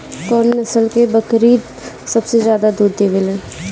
कौन नस्ल की बकरी सबसे ज्यादा दूध देवेले?